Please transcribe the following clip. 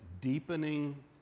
deepening